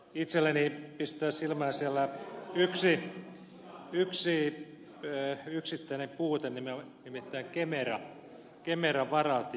itselleni pistää silmään siellä yksi yksittäinen puute nimittäin kemera varat